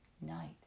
Night